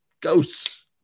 Ghosts